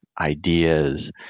ideas